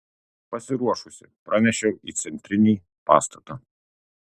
pasiruošusi pranešiau į centrinį pastatą